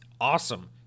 awesome